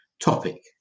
topic